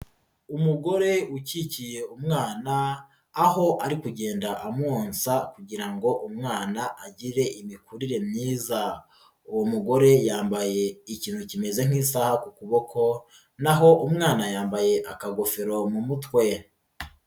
Umugore ukikiye umwana, aho ari kugenda amwonsa kugira ngo umwana agire imikurire myiza. Uwo mugore yambaye ikintu kimeze nk'isaha ku kuboko naho umwana yambaye akagofero mu mutwe.